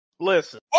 Listen